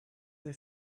they